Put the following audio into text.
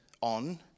on